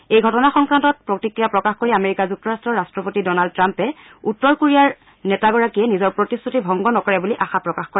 এই ঘটনা সংক্ৰান্তত প্ৰতিক্ৰিয়া প্ৰকাশ কৰি আমেৰিকা যুক্তৰাট্টৰ ৰাট্ৰপতি ডনাল্ড ট্ৰাম্পে উত্তৰ কোৰিয়াৰ নেতাগৰাকীয়ে নিজৰ প্ৰতিশ্ৰতি ভংগ নকৰে বুলি আশা প্ৰকাশ কৰে